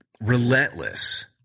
relentless